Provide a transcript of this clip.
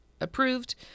approved